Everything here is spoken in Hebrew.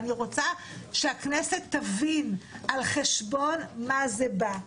אני רוצה שהכנסת תבין על חשבון מה זה בא,